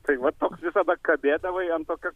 tai vat toks visada kabėdavai ant tokio